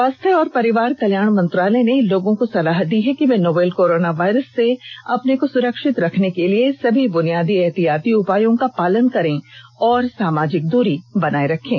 स्वास्थ्य और परिवार कल्याण मंत्रालय ने लोगों को सलाह दी है कि वे नोवल कोरोना वायरस से अपने को सुरक्षित रखने के लिए सभी बुनियादी एहतियाती उपायों का पालन करें और सामाजिक दूरी बनाए रखें